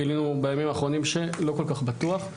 גילינו בימים האחרונים שלא כל כך בטוח.